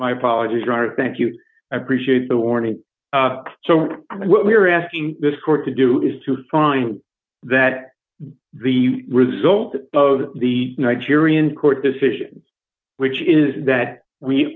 my apologies are thank you appreciate the warning so what we are asking this court to do is to find that the result of the nigerian court decision which is that we